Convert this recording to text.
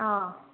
ꯑꯥꯎ